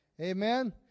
Amen